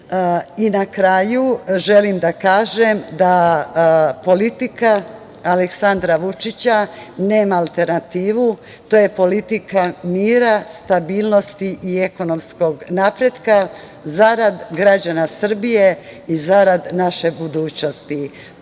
kraju, želim da kažem da politika Aleksandra Vučića nema alternativu, to je politika mira, stabilnosti i ekonomskog napretka zarad građana Srbije i zarad naše budućnosti.